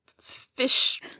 fish